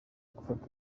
gufata